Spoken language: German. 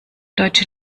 deutsche